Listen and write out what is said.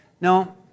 No